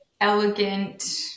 elegant